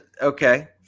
okay